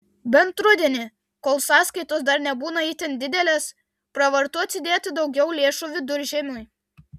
bent rudenį kol sąskaitos dar nebūna itin didelės pravartu atsidėti daugiau lėšų viduržiemiui